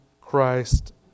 Christ